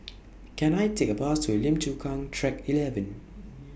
Can I Take A Bus to Lim Chu Kang Track eleven